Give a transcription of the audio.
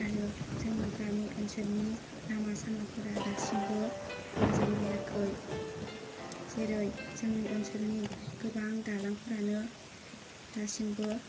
आरो जोंनि गामि ओनसोलनि लामा सामाफोरा दासिमबो मोजां जायाखै जेरै जोंनि ओनसोलनि गोबां दालांफोरानो दासिमबो